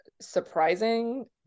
surprising